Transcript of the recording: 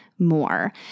more